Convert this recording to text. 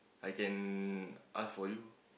I can ask for you